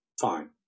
Fine